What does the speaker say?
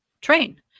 train